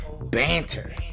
BANTER